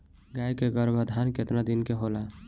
गाय के गरभाधान केतना दिन के होला?